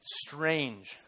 strange